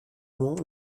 mont